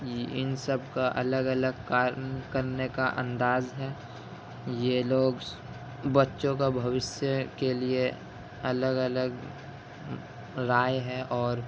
اِن سب کا الگ الگ کاریہ کرنے کا انداز ہے یہ لوگ بچوں کا بھوشیہ کے لیے الگ الگ رائے ہے اور